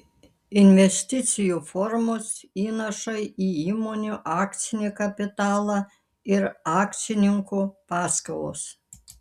investicijų formos įnašai į įmonių akcinį kapitalą ir akcininkų paskolos